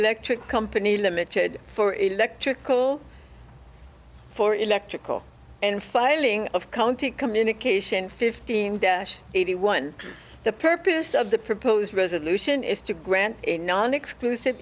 electric company limited for electrical for electrical and filing of county communication fifteen desh eighty one the purpose of the proposed resolution is to grant non exclusive